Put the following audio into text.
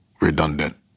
redundant